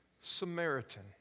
Samaritan